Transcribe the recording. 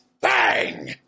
bang